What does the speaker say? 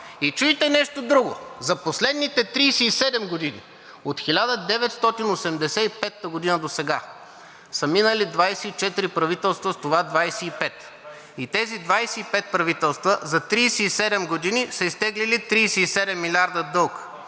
И чуйте нещо друго, за последните 37 години – от 1985 г. досега, са минали 24 правителства, с това 25, и тези 25 правителства за 37 години са изтеглили 37 милиарда дълг,